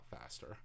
faster